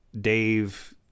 Dave